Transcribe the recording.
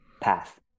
path